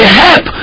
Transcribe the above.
help